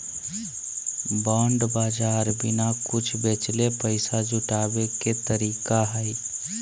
bond बाज़ार बिना कुछ बेचले पैसा जुटाबे के तरीका हइ